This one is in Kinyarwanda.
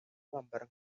bambara